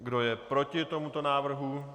Kdo je proti tomuto návrhu?